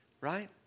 Right